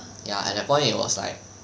ya at that point it was like